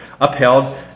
upheld